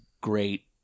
great